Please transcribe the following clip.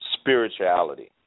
spirituality